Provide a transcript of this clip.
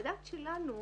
המדד שלנו